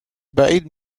بعید